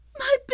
My